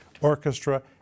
Orchestra